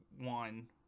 one